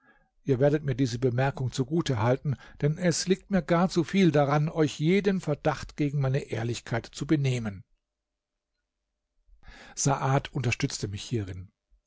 ihr werdet mir diese bemerkung zugute halten denn es liegt mir gar zu viel daran euch jeden verdacht gegen meine ehrlichkeit zu benehmen saad unterstützte mich hierin